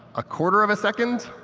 a quarter of a second,